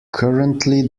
currently